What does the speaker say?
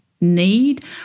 need